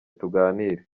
tuganire